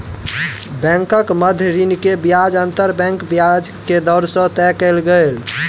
बैंकक मध्य ऋण के ब्याज अंतर बैंक ब्याज के दर से तय कयल गेल